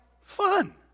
fun